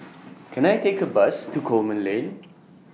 Can I Take A Bus to Coleman Lane